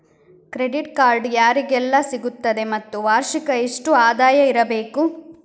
Credit card ಯಾರಿಗೆಲ್ಲ ಸಿಗುತ್ತದೆ ಮತ್ತು ವಾರ್ಷಿಕ ಎಷ್ಟು ಆದಾಯ ಇರಬೇಕು?